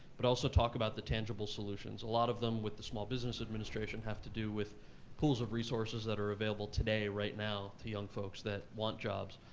but also talk about the tangible solutions. a lot of them with the small business administration have to do with pools of resources that are available today, right now, to young folks that want jobs.